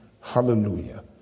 hallelujah